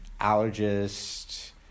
allergist